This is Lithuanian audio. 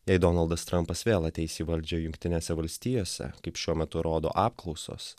jei donaldas trampas vėl ateis į valdžią jungtinėse valstijose kaip šiuo metu rodo apklausos